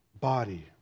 body